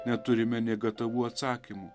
neturime nė gatavų atsakymų